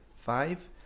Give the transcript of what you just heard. five